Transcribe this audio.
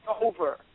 over